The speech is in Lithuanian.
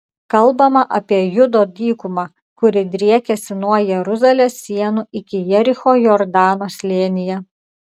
kalbama apie judo dykumą kuri driekiasi nuo jeruzalės sienų iki jericho jordano slėnyje